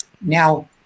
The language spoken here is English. Now